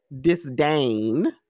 disdain